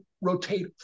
rotate